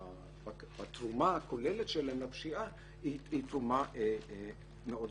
שהתרומה הכוללת שלהם לפשיעה היא גדולה מאוד.